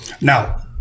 Now